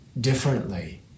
differently